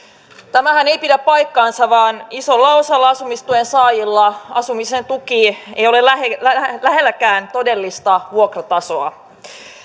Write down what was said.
tämähän ei pidä paikkaansa vaan isolla osalla asumistuen saajista asumisen tuki ei ole lähelläkään todellista vuokratasoa